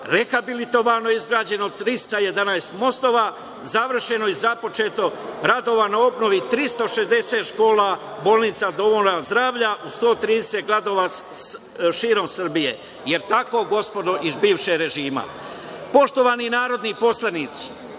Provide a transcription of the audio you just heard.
rehabilitovano i izgrađeno 311 mostova, završeno i započeto radova na obnovi 360 škola, bolnica, domova zdravlja u 130 gradova širom Srbije. Da li je tako gospodo iz bivšeg režima? Poštovani narodni poslanici,